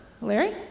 Larry